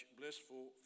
blissful